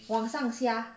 晚上瞎